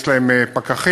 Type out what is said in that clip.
יש להם פקחים,